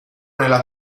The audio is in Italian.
nella